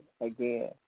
again